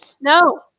No